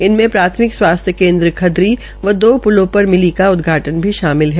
इनमें प्राथमिक स्वास्थ्य केन्द्र खदरी व दो प्लों पर मिली का उदघाटन् भी शामिल है